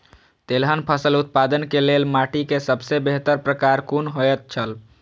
तेलहन फसल उत्पादन के लेल माटी के सबसे बेहतर प्रकार कुन होएत छल?